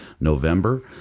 November